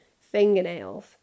fingernails